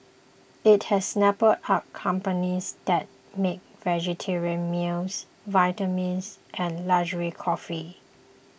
it has snapped up companies that make vegetarian meals vitamins and luxury coffee